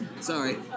Sorry